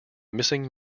missing